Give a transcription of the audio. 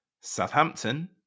Southampton